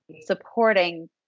supporting